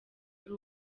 ari